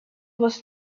was